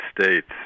States